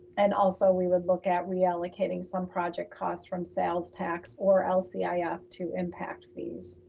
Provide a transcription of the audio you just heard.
and also we would look at reallocating some project costs from sales tax or lcif ah to impact fees.